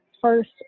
first